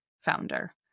founder